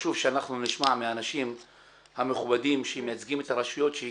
חשוב שאנחנו נשמע מהאנשים המכובדים שמייצגים את הרשויות,